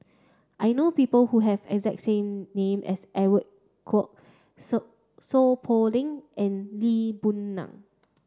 I know people who have exact same name as Edwin Koek Seow Poh Leng and Lee Boon Ngan